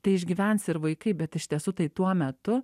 tai išgyvens ir vaikai bet iš tiesų tai tuo metu